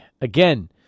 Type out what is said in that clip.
again